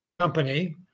company